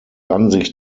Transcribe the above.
ansicht